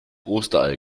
osterei